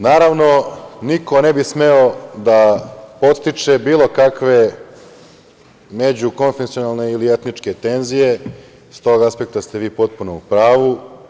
Naravno, niko ne bi smeo da podstiče bilo kakve međukonfunkcionalne ili etničke tenzije i sa tog aspekta ste vi potpuno u pravu.